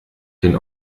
den